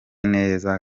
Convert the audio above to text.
neza